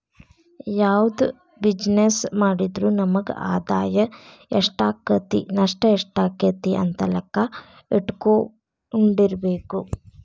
ಯಾವ್ದ ಬಿಜಿನೆಸ್ಸ್ ಮಾಡಿದ್ರು ನಮಗ ಆದಾಯಾ ಎಷ್ಟಾಕ್ಕತಿ ನಷ್ಟ ಯೆಷ್ಟಾಕ್ಕತಿ ಅಂತ್ ಲೆಕ್ಕಾ ಇಟ್ಕೊಂಡಿರ್ಬೆಕು